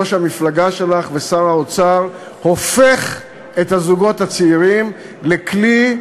ראש המפלגה שלך ושר האוצר הופך את הזוגות הצעירים לכלי,